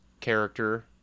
character